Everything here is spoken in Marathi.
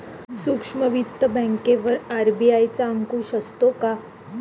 सूक्ष्म वित्त बँकेवर आर.बी.आय चा अंकुश असतो का?